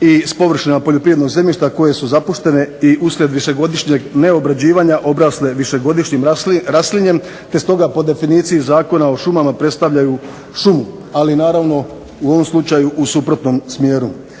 i sa površinama poljoprivrednog zemljišta koje su zapuštene i uslijed višegodišnjeg neobrađivanja obrasle višegodišnjim raslinjem, te stoga po definiciji Zakona o šumama predstavljaju šumu. Ali naravno u ovom slučaju u suprotnom smjeru.